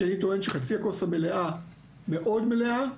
כי אני טוען שחצי הכוס המלאה מאוד מלאה.